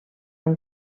amb